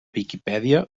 viquipèdia